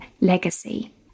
legacy